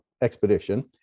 expedition